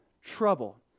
trouble